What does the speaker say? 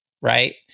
Right